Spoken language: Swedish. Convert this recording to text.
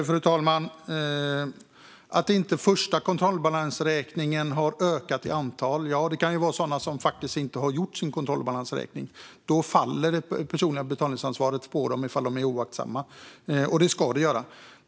Fru talman! Att inte antalet första kontrollbalansräkningar har ökat kan bero på att det finns de som faktiskt inte har upprättat en kontrollbalansräkning. Då faller det personliga betalningsansvaret på dem om de är oaktsamma. Det ska det göra.